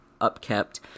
upkept